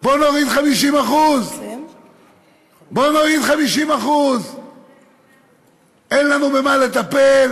בוא נוריד 50%. בוא נוריד 50%. אין לנו במה לטפל,